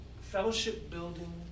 fellowship-building